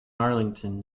arlington